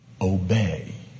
obey